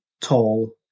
tall